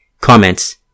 Comments